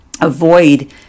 avoid